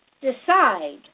Decide